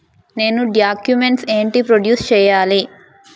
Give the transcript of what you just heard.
నేను డాక్యుమెంట్స్ ఏంటి ప్రొడ్యూస్ చెయ్యాలి?